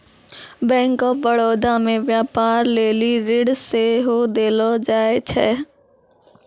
bank of Baroda मे व्यपार लेली ऋण सेहो देलो जाय छै